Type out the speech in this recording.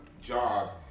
jobs